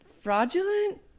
fraudulent